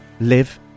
live